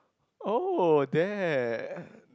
oh that